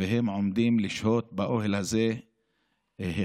והם עומדים לשהות באוהל הזה מהיום,